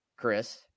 Chris